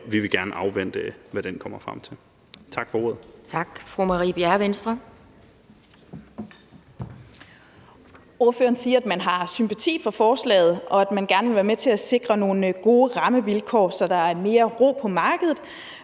Fru Marie Bjerre, Venstre. Kl. 14:25 Marie Bjerre (V): Ordføreren siger, at man har sympati for forslaget, og at man gerne vil være med til at sikre nogle gode rammevilkår, så der er mere ro på markedet,